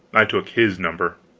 i took his number.